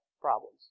problems